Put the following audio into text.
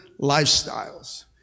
lifestyles